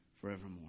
forevermore